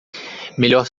melhor